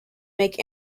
make